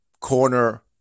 corner